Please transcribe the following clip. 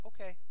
Okay